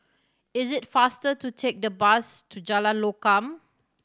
it is faster to take the bus to Jalan Lokam